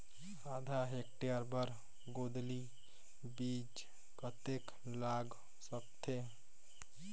आधा हेक्टेयर बर गोंदली बीच कतेक लाग सकथे?